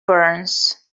burns